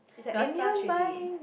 is like eight plus already